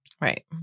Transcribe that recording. Right